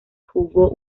jugó